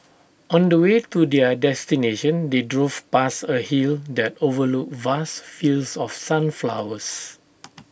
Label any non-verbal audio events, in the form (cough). on the way to their destination they drove past A hill that overlooked vast fields of sunflowers (noise)